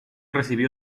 recibió